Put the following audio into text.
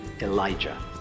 Elijah